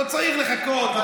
הוא לא צריך לחכות,